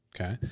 Okay